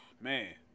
man